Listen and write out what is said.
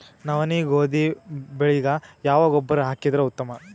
ನವನಿ, ಗೋಧಿ ಬೆಳಿಗ ಯಾವ ಗೊಬ್ಬರ ಹಾಕಿದರ ಉತ್ತಮ?